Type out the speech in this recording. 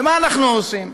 מה אנחנו עושים?